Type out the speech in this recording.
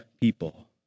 people